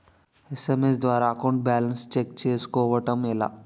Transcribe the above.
SMS ద్వారా account balance check చేసుకోవటం ఎలా?